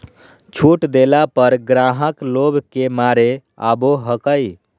छुट देला पर ग्राहक लोभ के मारे आवो हकाई